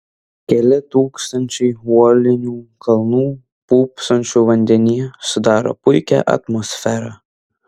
keli tūkstančiai uolinių kalnų pūpsančių vandenyje sudaro puikią atmosferą